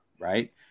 right